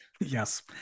Yes